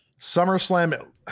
SummerSlam